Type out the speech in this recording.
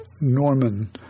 Norman